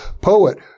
poet